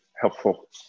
helpful